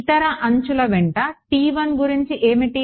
ఇతర అంచుల వెంట T1 గురించి ఏమిటి